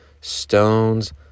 Stones